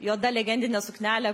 juoda legendinė suknelė